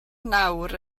nawr